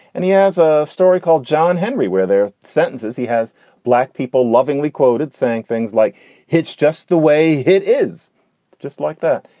and he has a story called john henry where their sentences he has black people lovingly quoted saying things like hits just the way hit is just like that.